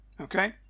Okay